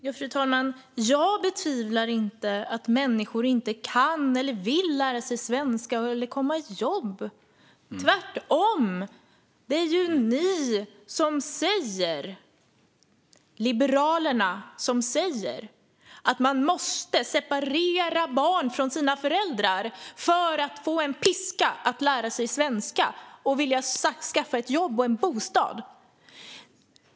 Fru talman! Jag betvivlar inte att människor kan och vill lära sig svenska eller komma i jobb - utan tvärtom. Det är ju ni, Liberalerna, som säger att man måste separera barn från deras föräldrar för att föräldrarna ska få en piska att lära sig svenska och vilja skaffa sig ett jobb och en bostad.